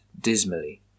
dismally